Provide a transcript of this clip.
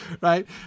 Right